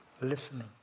listening